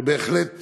שהוא בהחלט